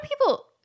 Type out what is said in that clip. people